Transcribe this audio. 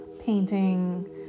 painting